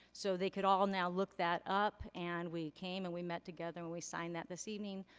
so they could all now look that up. and we came, and we met together, and we signed that this evening.